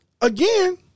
Again